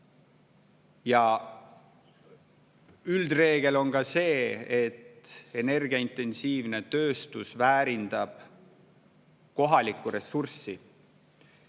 Üldreegel on ka see, et energiaintensiivne tööstus väärindab kohalikku ressurssi.